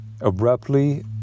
abruptly